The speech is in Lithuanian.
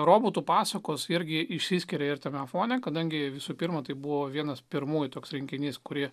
robotų pasakos irgi išsiskiria ir tame fone kadangi visų pirma tai buvo vienas pirmųjų toks rinkinys kurį